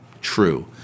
true